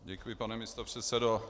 Děkuji, pane místopředsedo.